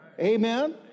Amen